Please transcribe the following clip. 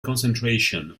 concentration